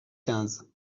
quinze